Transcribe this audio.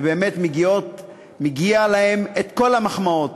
ובאמת מגיעות להם כל המחמאות,